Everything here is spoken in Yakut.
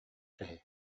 киһи